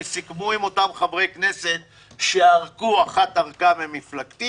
כי סיכמו עם אותם חברי כנסת שערקו אחת ערקה ממפלגתי,